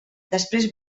després